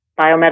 biomedical